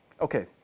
Okay